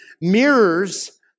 mirrors